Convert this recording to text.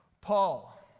Paul